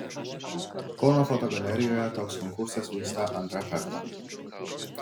kauno fotogalerijoje toks konkursas vyksta antrą kartą